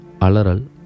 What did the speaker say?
Alaral